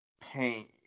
Pain